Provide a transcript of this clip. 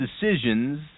decisions